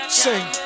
Sing